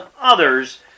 others